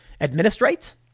administrate